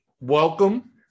Welcome